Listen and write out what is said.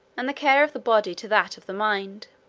and the care of the body to that of the mind.